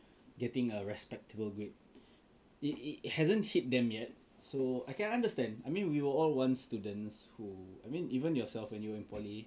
getting a respectable grade it it hasn't hit them yet so I can understand I mean we were all once students who I mean even yourself when you were in poly